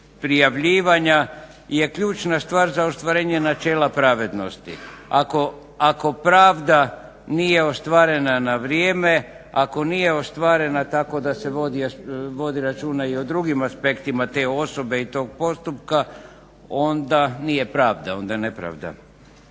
prijavljivanja je ključna stvar za ostvarenje načela pravednosti. Ako pravda nije ostvarena na vrijeme, ako nije ostvarena tako da se vodi računa i o drugim aspektima te osobe i tog postupka onda nije pravda, onda je nepravda.